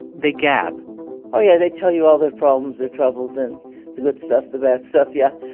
they gab oh, yeah. they tell you all their problems, their troubles and the good stuff, the bad stuff, yeah